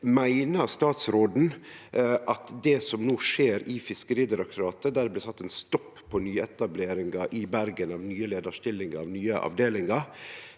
Meiner statsråden at det som no skjer i Fiskeridirektoratet – der det blei sett ein stopp for nyetableringar i Bergen av nye leiarstillingar og nye avdelingar